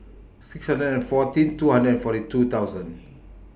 six hundred and fourteen two hundred and forty two thousand